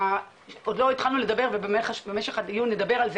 עוד לא התחלנו לדבר ובמשך הדיון נדבר על זה,